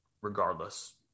regardless